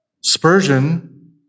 Spurgeon